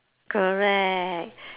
correct